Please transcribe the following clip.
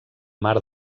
mar